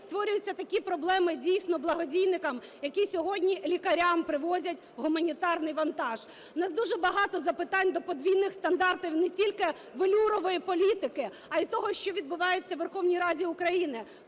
створюються такі проблеми дійсно благодійникам, які сьогодні лікарям привозять гуманітарний вантаж? У нас дуже багато запитань до подвійних стандартів не тільки "велюрової" політики, а і того, що відбувається у Верховній Раді України,